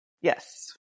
Yes